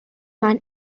man